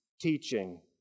teaching